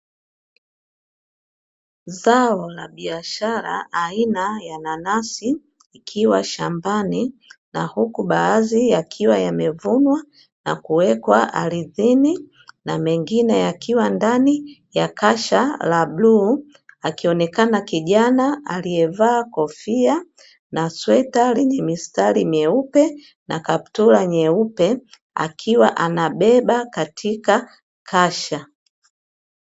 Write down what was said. Zao la biashara aina ya nanasi ikiwa shambani, na huku baadhi yakiwa yamevunwa na kuwekwa ardhini na mengine yakiwa ndani ya kasha la bluu, akionekana kijana aliyevaa kofia na sweta lenye mistari meupe na kaptura nyeupe, akiwa anabeba katika kasha.